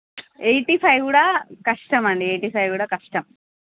eighty five కూడా కష్టం అండి ఎయిటీ ఫైవ్ కూడా కష్టం